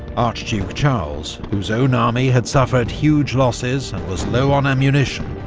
archduke charles, whose own army had suffered huge losses and was low on ammunition,